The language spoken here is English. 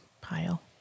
pile